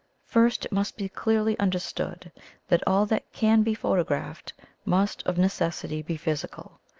first, it must be clearly understood that all that can be photographed must of neces sity be physical.